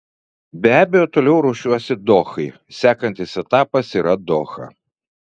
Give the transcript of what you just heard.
be abejo toliau ruošiuosi dohai sekantis etapas yra doha